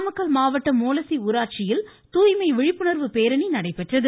நாமக்கல் மாவட்டம் மோலசி உளராட்சியில் தூய்மை விழிப்புணர்வு பேரணி நடைபெற்றது